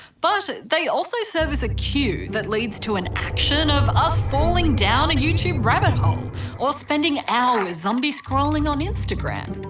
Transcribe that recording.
but they also serve as a cue that leads to an action of us falling down a youtube rabbit hole or spend hours zombie scrolling on instagram.